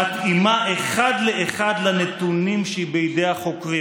מתאימה אחד לאחד לנתונים שבידי החוקרים.